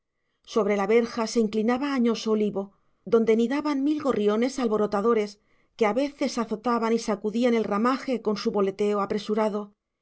sobre la verja se inclinaba añoso olivo donde nidaban mil gorriones alborotadores que a veces azotaban y sacudían el ramaje con su voleteo apresurado